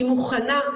היא מוכנה.